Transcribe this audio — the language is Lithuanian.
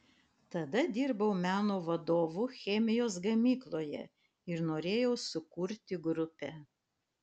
tada dirbau meno vadovu chemijos gamykloje ir norėjau sukurti grupę